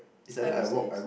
climb the stairs